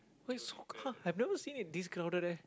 wait so crow~ I've never seen it this crowded eh